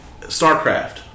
Starcraft